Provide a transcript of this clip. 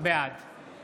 בעד